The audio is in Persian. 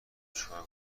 چیکار